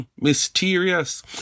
mysterious